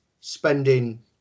spending